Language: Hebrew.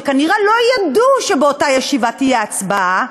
שכנראה לא ידעו שבאותה ישיבה תהיה הצבעה,